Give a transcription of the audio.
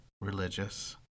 religious